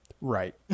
Right